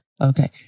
Okay